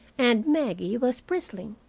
and maggie was bristling.